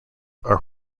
are